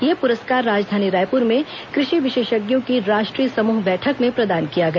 यह पुरस्कार राजधानी रायपुर में कृषि विशेषज्ञों की राष्ट्रीय समूह बैठक में प्रदान किया गया